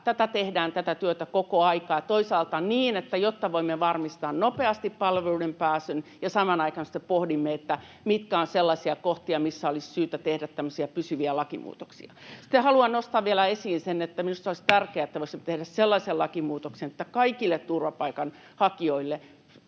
Tätä työtä tehdään koko aika, ja toisaalta on niin, että jotta voimme varmistaa nopeasti palveluihin pääsyn, samaan aikaan sitten pohdimme, mitkä ovat sellaisia kohtia, missä olisi syytä tehdä tämmöisiä pysyviä lakimuutoksia. Sitten haluan nostaa vielä esiin sen, että minusta se olisi tärkeää, että voisimme tehdä sellaisen lakimuutoksen, että kaikille turvapaikanhakijoille